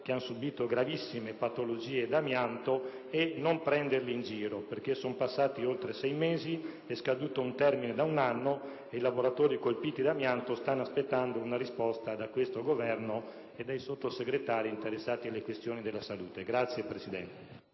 che hanno subito gravissime patologie da amianto e non prenderli in giro. Sono passati oltre sei mesi, è scaduto un termine da un anno ed i lavoratori colpiti dall'amianto stanno aspettando una risposta da questo Governo e dai Sottosegretari interessati alle questioni relative alla salute.